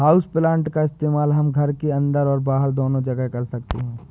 houseplant का इस्तेमाल हम घर के अंदर और बाहर दोनों जगह कर सकते हैं